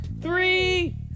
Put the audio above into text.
three